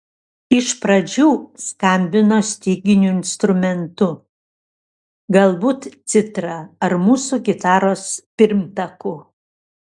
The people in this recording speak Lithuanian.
iš pradžių skambino styginiu instrumentu galbūt citra ar mūsų gitaros pirmtaku